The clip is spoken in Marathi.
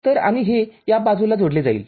तरआणि हे याला या बाजूने जोडले जाईल